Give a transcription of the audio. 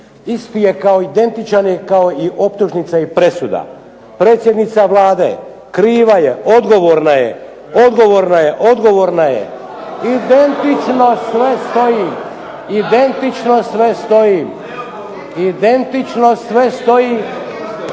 Isti je kao, identičan je kao i optužnica i presuda. Predsjednica Vlade kriva je, odgovorna je, odgovorna je, odgovorna je. Identično sve stoji, samo je …/Buka u dvorani,